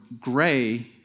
gray